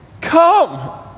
Come